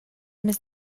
més